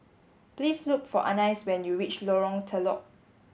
please look for Anice when you reach Lorong Telok